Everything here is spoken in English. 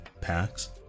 packs